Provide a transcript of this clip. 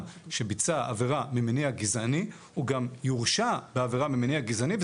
שביצע עבירה ממניע גזעני הוא גם יורשע בעבירה ממניע גזעני,